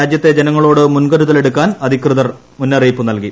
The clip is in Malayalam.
രാജ്യത്തെ ജനങ്ങളോട് മുൻകരുതലെടുക്കാൻ അധികൃതർ മുന്നറിയിപ്പ് നൽകി